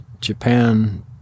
Japan